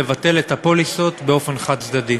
לבטל את הפוליסות באופן חד-צדדי.